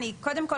קודם כול,